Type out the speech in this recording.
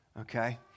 Okay